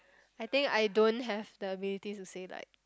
I think I don't have the ability to say like